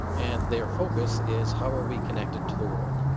and their focus is how are we connected to the world.